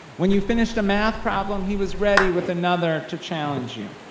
when you finished a math problem, he was ready with another to challenge you.